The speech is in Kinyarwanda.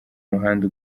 muhanda